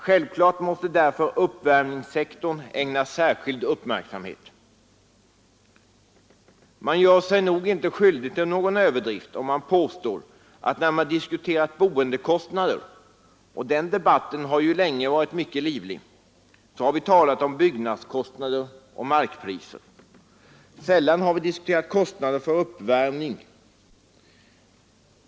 Självfallet måste därför uppvärmningssektorn ägnas särskild uppmärksamhet. Man gör sig nog inte skyldig till någon överdrift om man påstår att när vi diskuterat boendekostnader — och den debatten har ju länge varit mycket livlig — så har vi talat om byggnadskostnader och om markpriser. Sällan har vi diskuterat kostnaderna för uppvärmning.